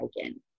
again